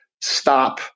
stop